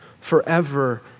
forever